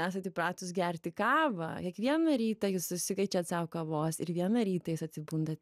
esat pratusi gerti kavą kiekvieną rytą jūs užsikaičiat sau kavos ir vieną rytą jūs atsibundat